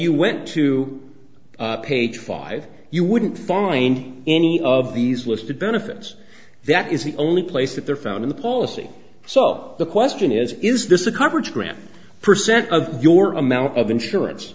you went to page five you wouldn't find any of these listed benefits that is the only place that they're found in the policy so the question is is this a coverage gram per cent of your amount of insurance